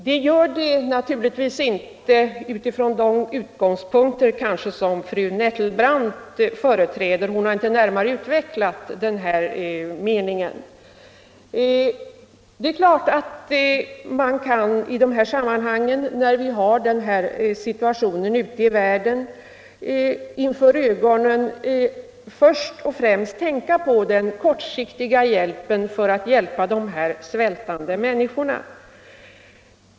Det gör det naturligtvis inte utifrån de utgångspunkter som fru Nettelbrandt företräder. Det är klart att man i de här sammanhangen med den svåra situationen ute i världen inför ögonen först och främst kan tänka på den kortsiktiga hjälpen, hjälpen till de svältande människorna.